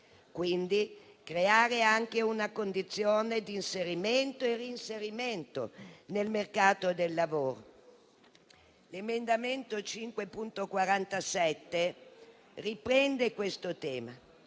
quindi creare anche una condizione di inserimento e reinserimento nel mercato del lavoro. L'emendamento 5.47 riprende questo tema.